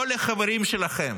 לא לחברים שלכם,